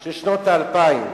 של שנות האלפיים.